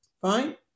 Fine